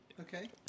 Okay